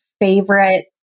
favorite